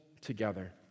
together